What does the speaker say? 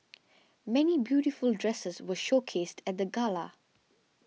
many beautiful dresses were showcased at the gala